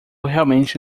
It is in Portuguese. realmente